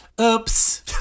Oops